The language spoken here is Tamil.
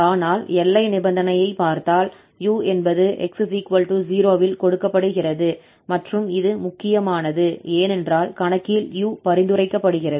ஆனால் எல்லை நிபந்தனையைப் பார்த்தால் 𝑢 என்பது 𝑥 0 இல் கொடுக்கப்படுகிறது மற்றும் இது முக்கியமானது ஏனென்றால் கணக்கில் 𝑢 பரிந்துரைக்கப்படுகிறது